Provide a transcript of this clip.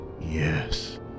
Yes